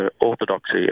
orthodoxy